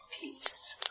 peace